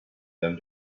them